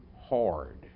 hard